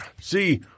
see